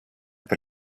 per